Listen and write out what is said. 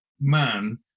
man